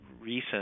recent